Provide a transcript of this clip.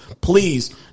please